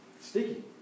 Sticky